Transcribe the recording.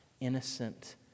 innocent